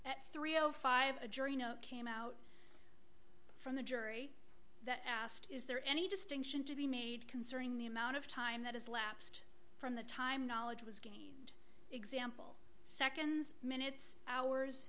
three o five a jury no came out from the jury that asked is there any distinction to be made concerning the amount of time that has lapsed from the time knowledge was gained example seconds minutes hours